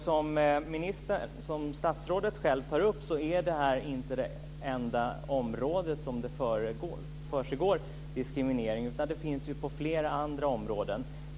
Som statsrådet själv tar upp är detta inte det enda området där det förekommer diskriminering. Det finns ju på flera andra områden.